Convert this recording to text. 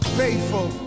faithful